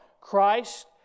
Christ